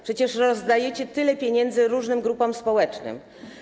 Przecież rozdajecie tyle pieniędzy różnym grupom społecznym.